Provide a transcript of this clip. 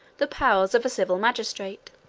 the powers of a civil magistrate.